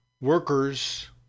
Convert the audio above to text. workers